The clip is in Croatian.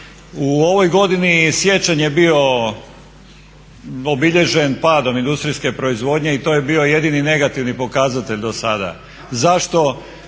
U ovoj godini siječanj je bio obilježen padom industrijske proizvodnje i to je bio jedini negativni pokazatelj do sada. Zašto?